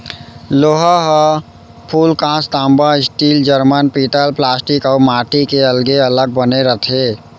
लोटा ह फूलकांस, तांबा, स्टील, जरमन, पीतल प्लास्टिक अउ माटी के अलगे अलग बने रथे